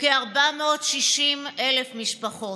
כ-460,000 משפחות.